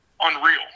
unreal